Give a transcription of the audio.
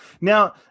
Now